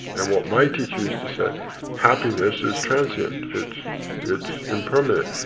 and what my teacher used to say happiness is transient. it's it's impermanent.